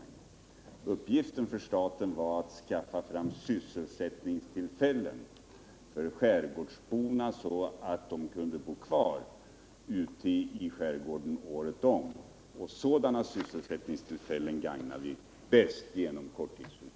Statens uppgift i detta sammanhang var att skaffa fram sysselsättningstillfällen för skärgårdsborna, så att de kunde bo kvar ute i skärgården året om, och sådana möjligheter gagnar vi bäst genom korttidsuthyrning.